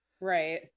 Right